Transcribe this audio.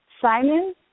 Simon